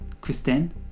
Kristen